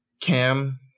Cam